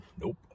Nope